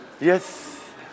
Yes